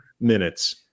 minutes